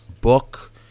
Book